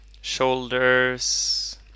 shoulders